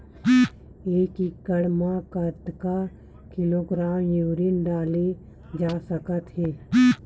एक एकड़ म कतेक किलोग्राम यूरिया डाले जा सकत हे?